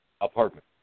apartment